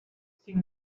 sin